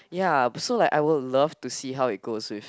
ya but so like I would love to see how it goes with